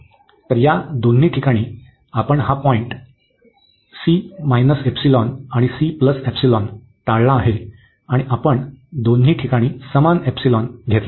तर या दोन्ही ठिकाणी आपण हा पॉईंट आणि टाळला आहे आपण दोन्ही ठिकाणी समान एपसिलॉन घेतला आहे